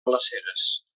glaceres